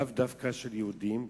לאו דווקא של יהודים,